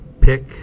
pick